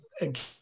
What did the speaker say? again